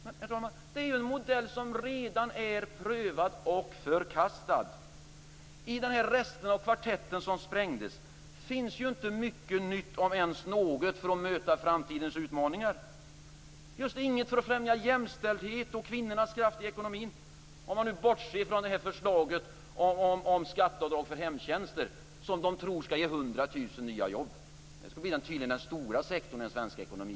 Men, herr talman, den modellen är ju redan prövad och förkastad. I resten av kvartetten som sprängdes finns det inte mycket nytt, om ens något, för att möta framtidens utmaningar. Där finns just ingenting för att främja jämställdhet och kvinnorna som kraft i ekonomin - bortsett från förslaget om skatteavdrag för hemtjänster, som de tror skall ge 100 000 nya jobb. Det skall tydligen bli den stora sektorn i svensk ekonomi.